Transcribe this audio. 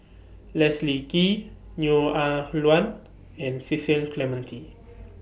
Leslie Kee Neo Ah Luan and Cecil Clementi